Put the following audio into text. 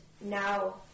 now